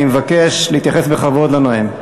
אני מבקש להתייחס בכבוד לנואם.